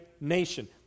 nation